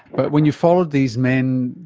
but when you followed these men,